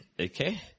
okay